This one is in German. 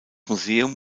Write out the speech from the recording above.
museum